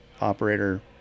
operator